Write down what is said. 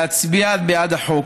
להצביע בעד החוק,